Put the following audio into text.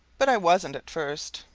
but i wasn't at first.